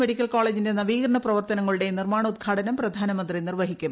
medical കോളേജിന്റെ നവീകരണ പ്രവർത്തനങ്ങളുടെയും നിർമ്മാണ ഉദ്ഘാടനം പ്രധാനമന്തി നിർവ്വഹിക്കും